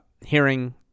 hearing